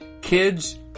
kids